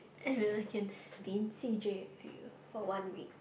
and then I can be in C_J with you for one week